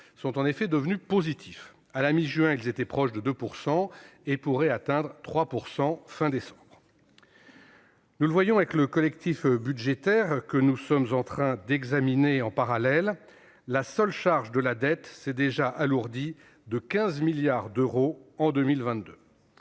sont devenus positifs. À la mi-juin, ils étaient proches de 2 % et pourraient atteindre 3 % à la fin de décembre. Nous le voyons avec le collectif budgétaire que nous sommes en train d'examiner en parallèle, la seule charge de la dette s'est déjà alourdie de 15 milliards d'euros en 2022